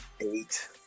Eight